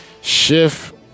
shift